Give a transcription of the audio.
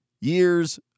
years